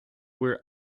were